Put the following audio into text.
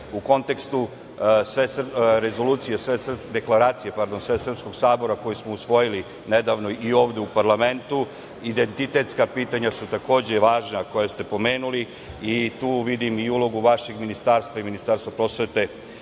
Deklaracije Svesrpskog sabora koju smo usvojili nedavno i ovde u parlamentu. Identitetska pitanja su takođe važna koja ste spomenuli i tu vidim i ulogu vašeg ministarstva i Ministarstva prosvete